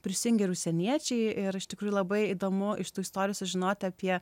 prisijungia ir užsieniečiai ir iš tikrųjų labai įdomu iš tų istorijų sužinoti apie